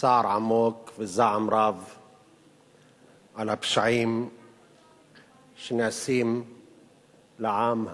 צער עמוק וזעם רב על הפשעים שנעשים לעם הסורי,